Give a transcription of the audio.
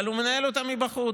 אבל הוא מנהל אותה מבחוץ,